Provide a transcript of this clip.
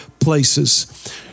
places